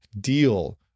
deal